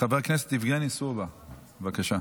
חבר הכנסת יבגני סובה, בבקשה.